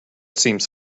seems